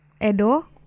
Edo